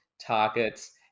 targets